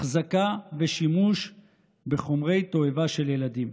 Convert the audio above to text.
החזקה ושימוש בחומרי תועבה לילדים.